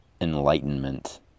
enlightenment